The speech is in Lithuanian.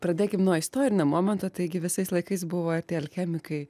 pradėkim nuo istorinio momento taigi visais laikais buvo tie alchemikai